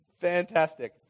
fantastic